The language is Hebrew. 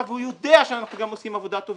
והוא יודע שאנחנו עושים עבודה טובה.